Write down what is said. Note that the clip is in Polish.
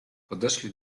podeszli